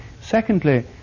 Secondly